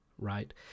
right